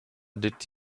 did